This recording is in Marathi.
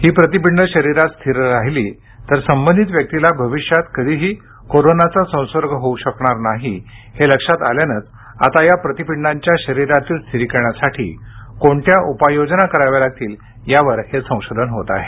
ही प्रतिपिंड शरीरात स्थिर राहिली तर संबंधित व्यक्तीला भविष्यात कधीही कोरोनाचा संसर्ग होऊ शकणार नाही हे लक्षात आल्यानेच आता या प्रतिपिंडाच्या शरीरातील स्थिरीकरणासाठी कोणत्या उपाय योजना कराव्या लागतील यावर हे संशोधन होत आहे